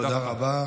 תודה רבה.